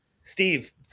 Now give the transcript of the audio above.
Steve